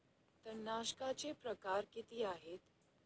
तणनाशकाचे प्रकार किती आहेत?